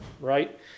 right